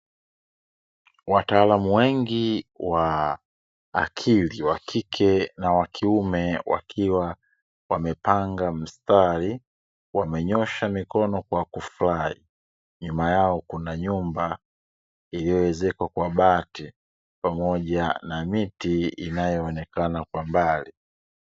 Wataalamu wengi wa akili wa kike na wa kiume, wakiwa wamepanga mstari, wamenyoosha mikono kwa kufurahi, nyuma yao kuna nyumba iliyoezekwa kwa bati pamoja na miti inayoonekana kwa mbali.